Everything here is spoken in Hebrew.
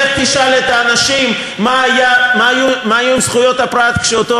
לך תשאל את האנשים מה היו זכויות הפרט כשאותו